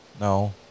No